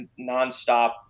nonstop